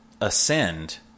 ascend